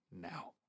now